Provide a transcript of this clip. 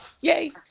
Yay